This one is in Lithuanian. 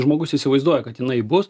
žmogus įsivaizduoja kad jinai bus